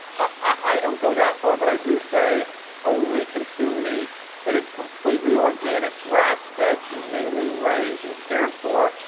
i don't go that far, but i do say only consume meat that is completely organic, grass-fed, humanely raised and cared for.